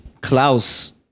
Klaus